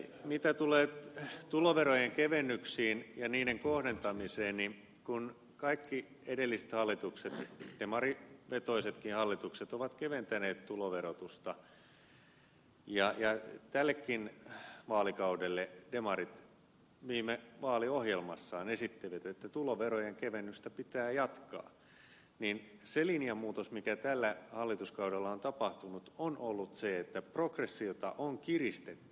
mitä tulee tuloverojen kevennyksiin ja niiden kohdentamiseen kun kaikki edelliset hallitukset demarivetoisetkin hallitukset ovat keventäneet tuloverotusta ja tällekin vaalikaudelle demarit viime vaaliohjelmassaan esittelivät että tuloverojen kevennystä pitää jatkaa niin se linjanmuutos mikä tällä hallituskaudella on tapahtunut on ollut se että progressiota on kiristetty